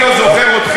לא תשתנו.